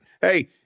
Hey